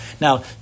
Now